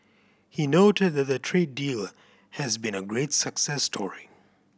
he noted that the trade deal has been a great success story